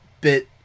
bit